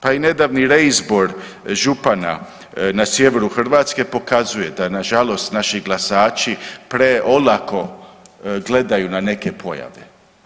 Pa i nedavni reizbor župana na sjeveru Hrvatske pokazuje da na žalost naši glasači preolako gledaju na neke pojave.